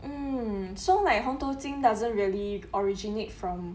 mm so like 红头巾 doesn't really originate from